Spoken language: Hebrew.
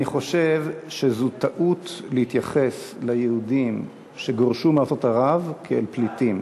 אני חושב שזו טעות להתייחס ליהודים שגורשו מארצות ערב כאל פליטים.